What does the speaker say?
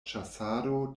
ĉasado